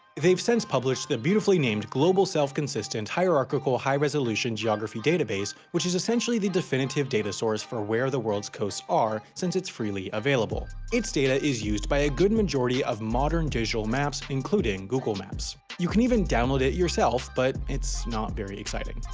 they've since published the beautifully named global self-consistent, hierarchical, high-resolution geography database which is essentially the definitive data-source for where the world's coasts are since it's freely available. its data is used by a good majority of modern digital maps including google maps. you can even download it yourself but it's not very exciting.